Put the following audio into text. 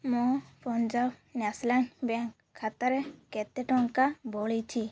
ମୋ Punjab National Bank ଖାତାରେ କେତେ ଟଙ୍କା ବଳିଛି